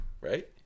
right